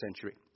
century